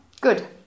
good